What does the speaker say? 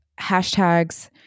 hashtags